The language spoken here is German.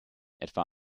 etwa